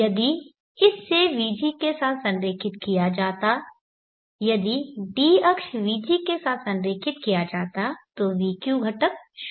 यदि इसे vg के साथ संरेखित किया जाता यदि d अक्ष vg के साथ संरेखित किया जाता तो vq घटक 0 होता